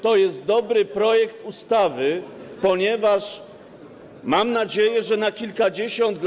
To jest dobry projekt ustawy, ponieważ mam nadzieję, że na kilkadziesiąt lat.